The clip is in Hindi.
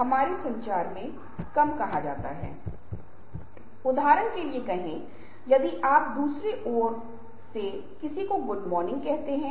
और तदनुसार आप अपना व्यवहार बदल दें ताकि आप प्रभावी रूप से समय का प्रबंधन कर सकें